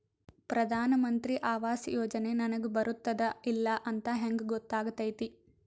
ಪ್ರಧಾನ ಮಂತ್ರಿ ಆವಾಸ್ ಯೋಜನೆ ನನಗ ಬರುತ್ತದ ಇಲ್ಲ ಅಂತ ಹೆಂಗ್ ಗೊತ್ತಾಗತೈತಿ?